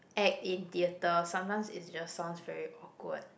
act in theatre sometimes is just sounds very awkward